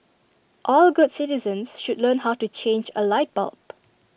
all good citizens should learn how to change A light bulb